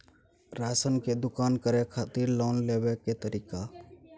Ration के दुकान करै खातिर लोन लेबै के तरीका?